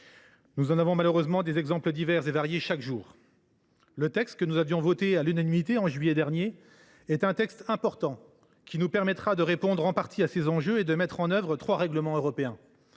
nous en avons malheureusement des exemples divers et variés chaque jour. Le texte que nous avions voté à l’unanimité en juillet dernier est important. Il nous permettra de répondre en partie à ces enjeux et de mettre en œuvre trois règlements européens